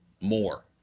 More